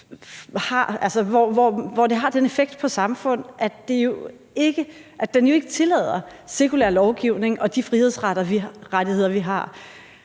som har den effekt på samfund, at den jo ikke tillader sekulær lovgivning og de frihedsrettigheder, vi har.